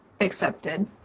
accepted